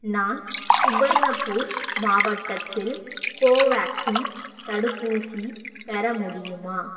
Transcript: நான் சுபர்ணப்பூர் மாவட்டத்தில் கோவேக்சின் தடுப்பூசி பெற முடியுமா